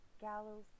Gallows